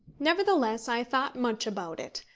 nevertheless i thought much about it,